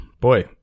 Boy